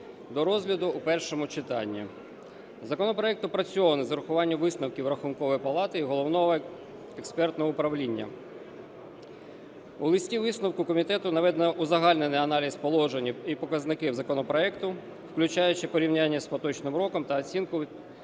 до розгляду в першому читанні. Законопроект опрацьований з урахуванням висновків Рахункової палати і Головного експертного управління. У листі висновку комітету наведено узагальнений аналіз положень і показники законопроекту, включаючи порівняння з поточним роком та оцінку